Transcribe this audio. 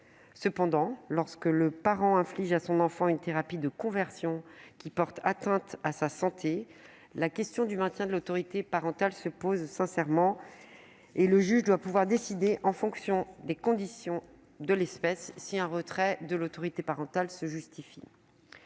Cependant, lorsque le parent inflige à son enfant une thérapie de conversion qui porte atteinte à sa santé, la question du maintien de l'autorité parentale se pose. Le juge doit pouvoir décider en fonction des conditions de l'espèce si un retrait se justifie.